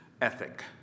ethic